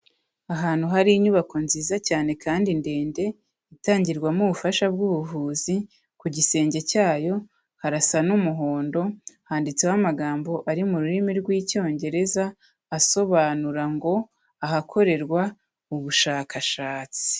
Ahantu hari inyubako nziza cyane kandi ndende, itangirwamo ubufasha bw'ubuvuzi, ku gisenge cyayo harasa n'umuhondo, handitseho amagambo ari mu rurimi rw'Icyongereza, asobanura ngo : "Ahakorerwa ubushakashatsi."